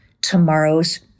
tomorrow's